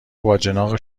باجناق